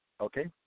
okay